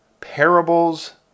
parables